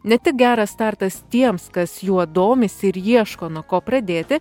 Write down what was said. ne tik geras startas tiems kas juo domisi ir ieško nuo ko pradėti